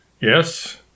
Yes